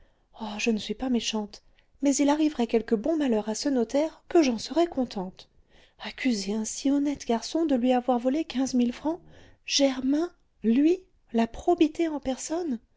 oh je ne suis pas méchante mais il arriverait quelque bon malheur à ce notaire que j'en serais contente accuser un si honnête garçon de lui avoir volé quinze mille francs germain lui la probité en personne